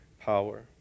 power